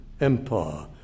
Empire